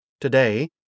Today